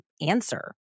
answer